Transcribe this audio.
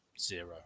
zero